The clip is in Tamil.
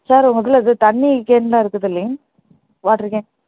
சார் உங்கள் குள்ளே இது தண்ணி கேன் எல்லாம் இருக்குது இல்லைங்க வாட்ருகேன்